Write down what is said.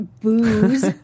Booze